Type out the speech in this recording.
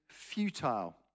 futile